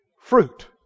fruit